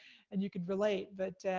and you can relate, but